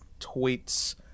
tweets